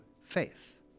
faith